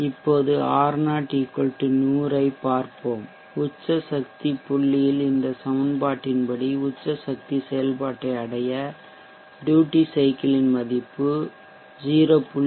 இப்போது R0 100 ஐப் பார்ப்போம் உச்ச சக்தி புள்ளியில் இந்த சமன்பாட்டின் படி உச்ச சக்தி செயல்பாட்டை அடைய ட்யூட்டி சைக்கிள் இன் மதிப்பு 0